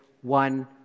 one